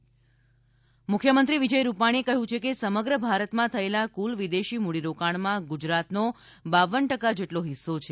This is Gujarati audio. મુખ્ય મંત્રી મુખ્યમંત્રી વિજય રૂપાણીએ કહ્યું છે કે સમગ્ર ભારતમાં થયેલા કુલ વિદેશી મૂડીરોકાણમાં ગુજરાતનો બાવન ટકા જેટલો હિસ્સો છે